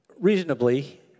Reasonably